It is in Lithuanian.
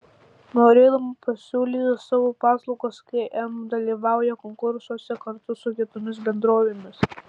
norėdama pasiūlyti savo paslaugas km dalyvauja konkursuose kartu su kitomis bendrovėmis